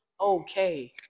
Okay